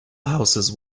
houses